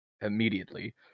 immediately